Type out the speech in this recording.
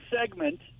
segment